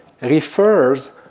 refers